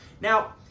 Now